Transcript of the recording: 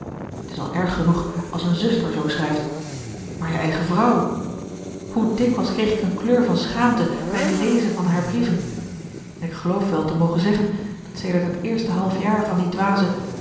t is al erg genoeg als eene zuster zoo schrijft maar je eigen vrouw hoe dikwijls kreeg ik een kleur van schaamte bij t lezen van haar brieven en ik geloof wel te mogen zeggen dat sedert het eerste half jaar van die dwaze